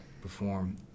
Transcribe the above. perform